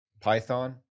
python